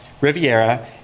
Riviera